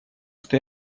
что